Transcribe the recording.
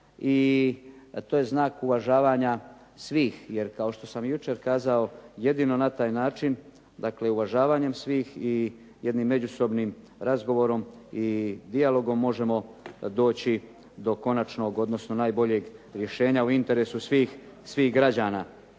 i to je znak uvažavanja svih, jer kao što sam i jučer kazao jedino na taj način, dakle uvažavanjem svih i jednim međusobnim razgovorom i dijalogom možemo doći do konačnog, odnosno najboljeg rješenja u interesu svih građana.